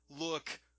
look